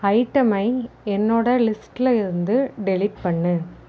ஐயிட்டமை என்னோட லிஸ்ட்டில் இருந்து டெலீட் பண்ணு